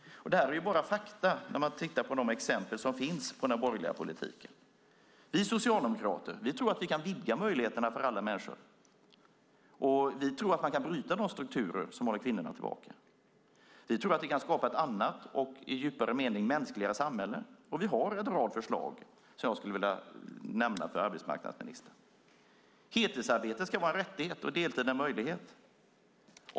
Det här är fakta man ser när man tittar på den borgerliga politiken. Vi socialdemokrater tror att vi kan vidga möjligheterna för alla människor. Vi tror att man kan bryta de strukturer som håller kvinnorna tillbaka. Vi tror att vi kan skapa ett annat och i djupare mening mänskligare samhälle. Vi har en rad förslag som jag skulle vilja nämna för arbetsmarknadsministern. Heltidsarbete ska vara en rättighet och deltid en möjlighet.